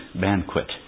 banquet